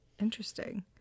interesting